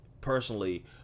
personally